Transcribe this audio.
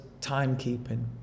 timekeeping